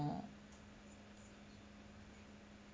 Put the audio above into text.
orh